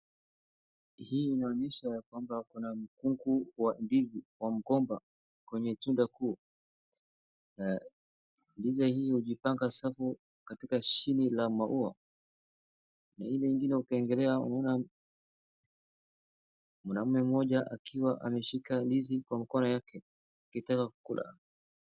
Hii inaonyesha ya kwamba kuna mkungu wa ndizi wa mgomba kwenye tunda kuu. Ndizi hii hujipanga safi katika shina la maua na ile ingine ukiangalia unaona mwanaume mmoja akiwa ameshika ndizi kwa mkono yake akitaka kukula.